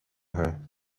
her